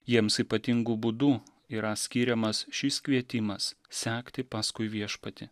jiems ypatingu būdu yra skiriamas šis kvietimas sekti paskui viešpatį